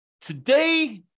Today